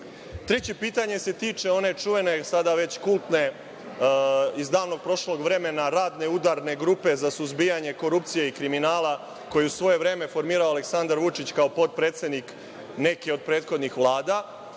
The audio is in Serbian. pitanje se tiče one čuvene, sada već kultne iz davnog prošlog vremena, radne udarne grupe za suzbijanje korupcije i kriminala koju je u svoje vreme formirao Aleksandar Vučić, kao potpredsednik neke od prethodnih Vlada.